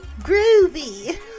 groovy